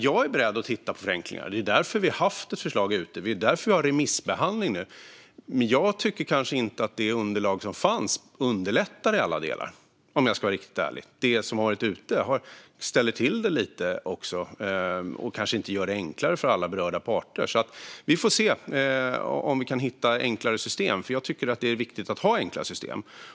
Jag är beredd att titta på förenklingar, och därför har vi ett förslag ute på remissbehandling. Men om jag ska vara ärlig underlättar underlaget kanske inte i alla delar utan ställer till det lite och gör det möjligen svårare för alla berörda parter. Vi får se om vi kan hitta enklare system, för jag tycker att det är viktigt att ha enkla system.